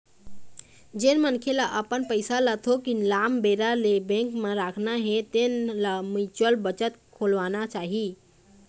जेन मनखे ल अपन पइसा ल थोकिन लाम बेरा ले बेंक म राखना हे तेन ल म्युचुअल बचत खोलवाना चाही